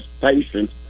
patience